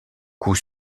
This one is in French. coup